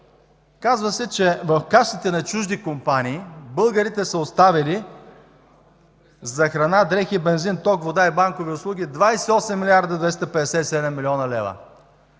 Казва се, че в касите на чужди компании българите са оставили за храна, дрехи, бензин, ток и банкови услуги 28 млрд. 257 млн. лв.